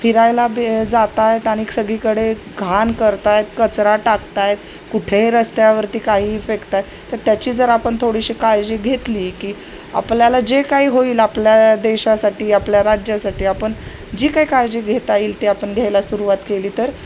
फिरायला भे जातायत आणि सगळीकडे घाण करतायत कचरा टाकतायेत कुठेही रस्त्यावरती काही इ फेकतायेत तर त्याची जर आपण थोडीशी काळजी घेतली की आपल्याला जे काही होईल आपल्या देशासाठी आपल्या राज्यासाठी आपण जी काही काळजी घेता येईल ती आपण घ्यायला सुरवात केली तर